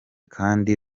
kandi